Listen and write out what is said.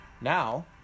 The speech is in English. now